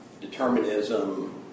determinism